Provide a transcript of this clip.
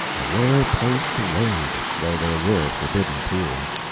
a rare place to wade, though there were forbidden pools.